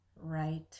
right